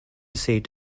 seat